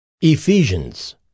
Ephesians